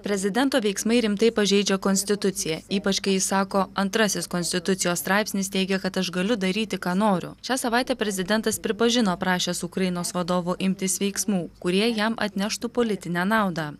prezidento veiksmai rimtai pažeidžia konstituciją ypač kai jis sako antrasis konstitucijos straipsnis teigia kad aš galiu daryti ką noriu šią savaitę prezidentas pripažino prašęs ukrainos vadovo imtis veiksmų kurie jam atneštų politinę naudą